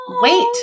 Wait